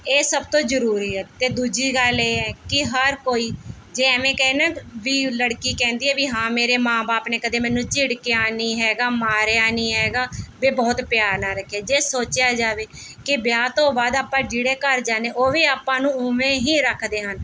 ਇਹ ਸਭ ਤੋਂ ਜ਼ਰੂਰੀ ਹੈ ਅਤੇ ਦੂਜੀ ਗੱਲ ਇਹ ਹੈ ਕਿ ਹਰ ਕੋਈ ਜੇ ਐਂਵੇਂ ਕਹੇ ਨਾ ਵੀ ਲੜਕੀ ਕਹਿੰਦੀ ਵੀ ਹਾਂ ਮੇਰੇ ਮਾਂ ਬਾਪ ਨੇ ਕਦੇ ਮੈਨੂੰ ਝਿੜਕਿਆ ਨਹੀਂ ਹੈਗਾ ਮਾਰਿਆ ਨਹੀਂ ਹੈਗਾ ਵੀ ਬਹੁਤ ਪਿਆਰ ਨਾਲ਼ ਰੱਖਿਆ ਜੇ ਸੋਚਿਆ ਜਾਵੇ ਕਿ ਵਿਆਹ ਤੋਂ ਬਾਅਦ ਆਪਾਂ ਜਿਹੜੇ ਘਰ ਜਾਂਦੇ ਉਹ ਵੀ ਆਪਾਂ ਨੂੰ ਉਵੇਂ ਹੀ ਰੱਖਦੇ ਹਨ